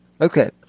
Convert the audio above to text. Okay